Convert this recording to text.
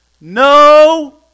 No